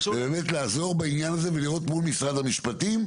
לעזור בעניין הזה ולראות מול משרד המשפטים,